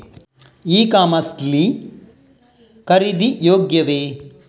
E commerce ಲ್ಲಿ ಖರೀದಿ ಯೋಗ್ಯವೇ?